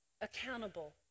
accountable